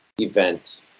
event